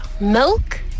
milk